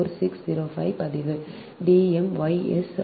4605 பதிவு D m y s 0